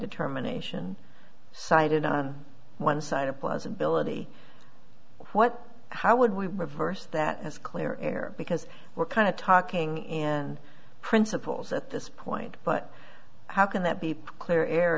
determination cited on one side of plausibility what how would we reverse that is clear because we're kind of talking in principles at this point but how can that be clear air